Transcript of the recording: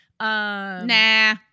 Nah